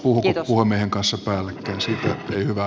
älkääpäs puhuko puhemiehen kanssa päällekkäin